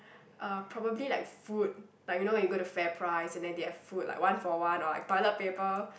uh probably like food like you know when you go to FairPrice and then they have food like one for one or like toilet paper